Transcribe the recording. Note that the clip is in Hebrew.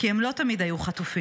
כי הם לא תמיד היו חטופים,